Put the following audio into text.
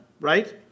right